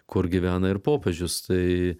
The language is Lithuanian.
kur gyvena ir popiežius tai